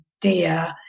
dear